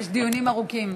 יש דיונים ארוכים.